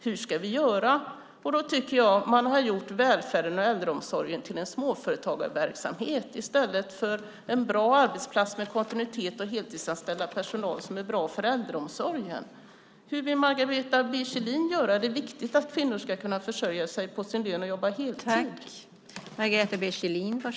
Hur ska vi göra? Därmed har man gjort välfärden och äldreomsorgen till en småföretagsverksamhet i stället för en bra arbetsplats med kontinuitet och heltidsanställd personal, som är bra för äldreomsorgen. Det är viktigt att kvinnor ska kunna jobba heltid och försörja sig på sin lön. Hur vill Margareta B Kjellin göra?